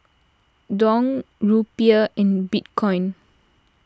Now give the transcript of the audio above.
Dong Rupiah and Bitcoin